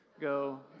Go